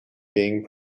being